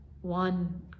one